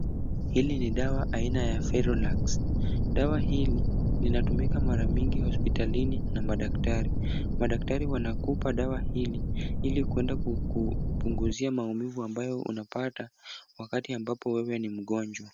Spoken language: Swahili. Hili ni dawa aina ya ferolax .Dawa hili linatumika mara mingi hospitalini na madaktari. Madatkari wanakupa dawa hili ili kwenda kupungizia maumivu ambayo unapata wakati ambapo wewe ni mgonjwa.